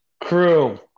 Crew